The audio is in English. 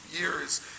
years